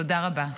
תודה רבה.